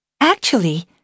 Actually